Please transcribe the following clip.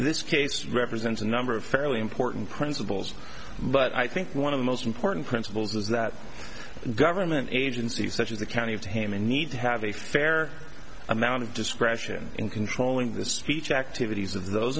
this case represents a number of fairly important principles but i think one of the most important principles is that government agencies such as the county of taman need to have a fair amount of discretion in controlling the speech activities of those